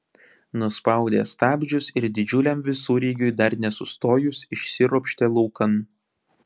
nuspaudė stabdžius ir didžiuliam visureigiui dar nesustojus išsiropštė laukan